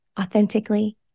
authentically